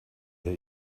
that